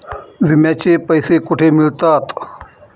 विम्याचे पैसे कुठे मिळतात?